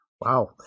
Wow